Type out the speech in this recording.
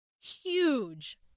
huge